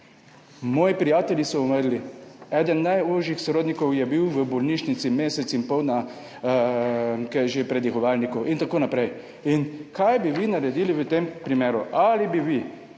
Moji prijatelji so umrli, eden najožjih sorodnikov je bil v bolnišnici mesec in pol na predihovalniku in tako naprej. Kaj bi vi naredili v tem primeru? Ali bi vi,